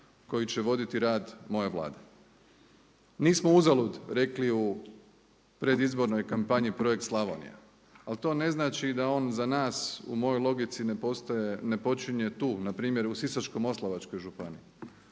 koji će voditi rad moje Vlade. Nismo uzalud rekli u predizbornoj kampanji projekt Slavonija ali to ne znači da on za nas u mojoj logici ne počinje tu, npr. u Sisačko-moslavačkoj županiji